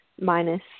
minus